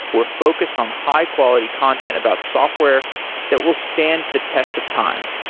we're focused on high-quality content about software that will stand the test of time.